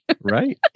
Right